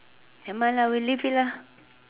never mind we leave it lah